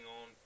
on